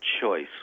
choice